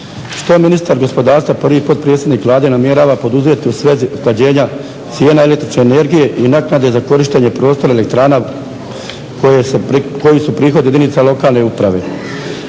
Što ministar gospodarstva prvi potpredsjednik Vlade namjerava poduzeti u svezi usklađenja cijena električne energije i naknade za korištenje prostora elektrana koje su prihod jedinica lokalne uprave?